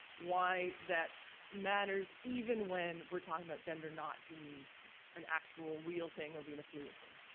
why that matters even when we're talking about gender not being an actual real thing or being a fluid thing?